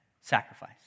sacrifice